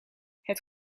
het